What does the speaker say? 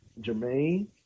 Jermaine